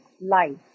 life